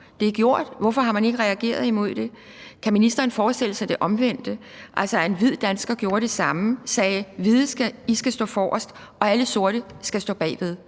Det er sket. Hvorfor har man ikke reageret imod det? Kan ministeren forestille sig det omvendte, altså at en hvid dansker gjorde det samme og sagde, at hvide skal stå forrest, og at alle sorte skal stå bagved,